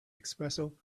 espresso